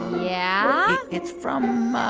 yeah. it's from. um ah